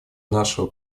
нашего